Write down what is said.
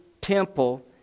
temple